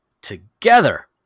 Together